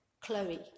Chloe